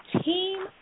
Team